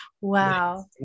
Wow